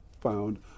found